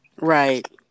Right